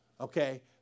Okay